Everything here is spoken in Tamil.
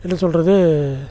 என்ன சொல்கிறது